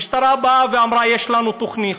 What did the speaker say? המשטרה אמרה: יש לנו תוכנית.